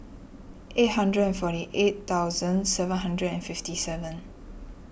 eight hundred and forty eight thousand seven hundred and fifty seven